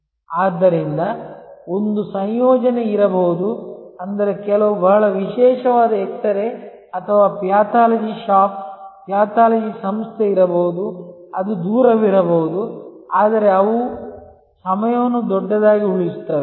ಆದ್ದರಿಂದ ಒಂದು ಸಂಯೋಜನೆ ಇರಬಹುದು ಅಂದರೆ ಕೆಲವು ಬಹಳ ವಿಶೇಷವಾದ ಎಕ್ಸರೆ ಅಥವಾ ಪ್ಯಾಥಾಲಜಿ ಶಾಪ್ ಪ್ಯಾಥಾಲಜಿ ಸಂಸ್ಥೆ ಇರಬಹುದು ಅದು ದೂರವಿರಬಹುದು ಆದರೆ ಅವು ಸಮಯವನ್ನು ದೊಡ್ಡದಾಗಿ ಉಳಿಸುತ್ತವೆ